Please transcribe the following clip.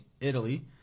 Italy